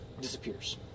disappears